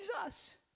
Jesus